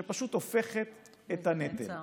שפשוט הופכת את הנטל